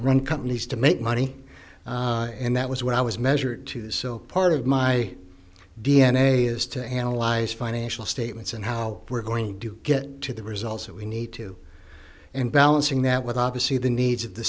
run companies to make money and that was what i was measured to so part of my d n a is to analyze financial statements and how we're going to get to the results that we need to and balancing that with obviously the needs of the